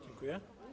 Dziękuję.